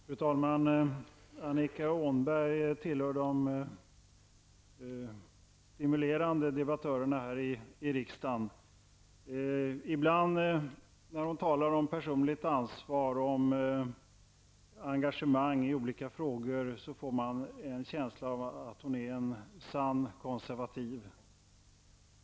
Fru talman! Annika Åhnberg tillhör de stimulerande debattörerna här i riksdagen. När hon talar om personligt ansvar och om engagemang i olika frågor, får man ibland en känsla av att hon är en sann konservativ.